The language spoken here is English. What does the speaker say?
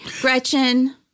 Gretchen